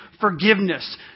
forgiveness